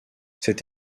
cet